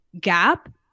gap